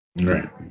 Right